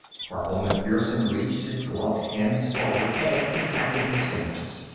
corporal macpherson reached his gloved hands forward and contracted his fingers.